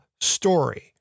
story